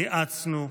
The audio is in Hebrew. ניאצנו,